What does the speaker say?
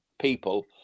people